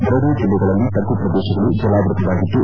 ಎರಡೂ ಜಿಲ್ಲೆಗಳಲ್ಲಿ ತಗ್ಗು ಪ್ರದೇಶಗಳು ಜಲಾವೃತವಾಗಿದ್ದು